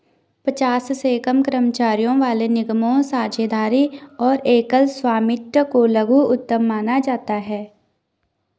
पचास से कम कर्मचारियों वाले निगमों, साझेदारी और एकल स्वामित्व को लघु उद्यम माना जाता है